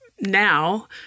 Now